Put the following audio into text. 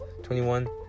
21